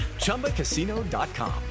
ChumbaCasino.com